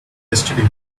yesterday